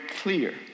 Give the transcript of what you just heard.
clear